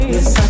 Yes